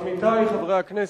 עמיתי חברי הכנסת,